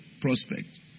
prospects